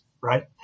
right